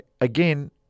again